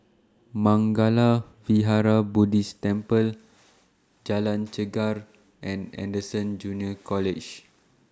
Mangala Vihara Buddhist Temple Jalan Chegar and Anderson Junior College